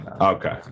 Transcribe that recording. Okay